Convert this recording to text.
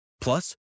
Plus